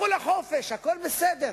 לכו לחופש, הכול בסדר.